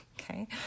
Okay